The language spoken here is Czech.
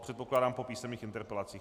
Předpokládám po písemných interpelacích.